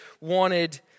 wanted